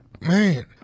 man